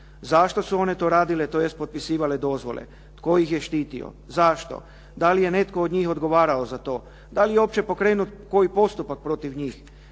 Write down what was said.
Zašto su one to radile, tj. potpisivale dozvole. Tko ih je štitio? Zašto? Da li je netko od njih odgovarao za to? Da li je uopće pokrenut koji postupak protiv njih?